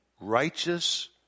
righteous